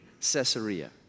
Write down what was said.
Caesarea